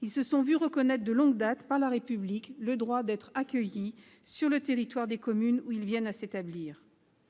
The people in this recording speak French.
Ils se sont vu reconnaître de longue date par la République le droit d'être accueillis sur le territoire des communes où ils viennent à s'établir.